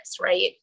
right